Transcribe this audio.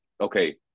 okay